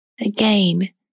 again